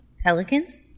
Pelicans